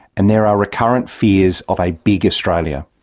and there are recurrent fears of a big australia.